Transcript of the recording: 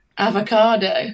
Avocado